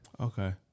Okay